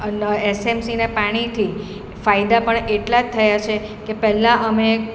એસએમસીનાં પાણીથી ફાયદા પણ એટલા જ થયા છે કે પહેલાં અમે એક